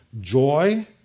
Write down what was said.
joy